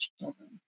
children